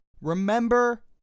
Remember